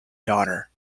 daughter